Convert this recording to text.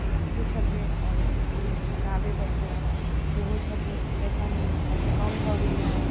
सिखै छलिए आओर गाबै बजबै सेहो छलिए एखन कनि कम भऽ गेलै हँ